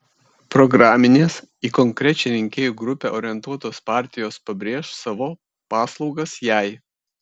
programinės į konkrečią rinkėjų grupę orientuotos partijos pabrėš savo paslaugas jai